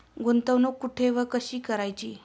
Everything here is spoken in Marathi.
गुंतवणूक कुठे व कशी करायची?